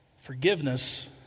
Forgiveness